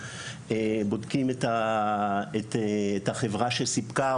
בודקים את החברה שסיפקה,